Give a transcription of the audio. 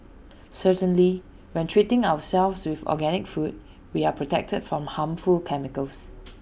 certainly when treating ourselves with organic food we are protected from harmful chemicals